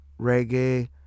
reggae